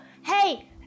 Hey